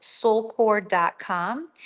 soulcore.com